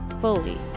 fully